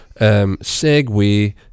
Segway